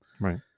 right